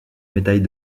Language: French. médaille